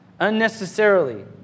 unnecessarily